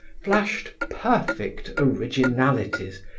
flashed perfect originalities,